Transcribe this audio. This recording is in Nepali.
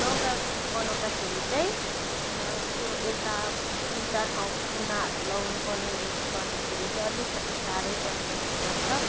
दौरा बनाउँदाखेरि चाहिँ त्यो यता तिन चार ठाउँ तुनाहरू लगाउनु पर्नाले गर्दाखेरि चाहिँ अलिकति साह्रो पर्ने गर्छ